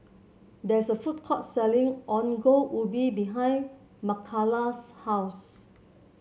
there is a food court selling Ongol Ubi behind Mckayla's house